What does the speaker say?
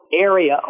area